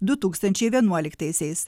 du tūkstančiai vienuoliktaisiais